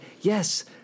Yes